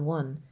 one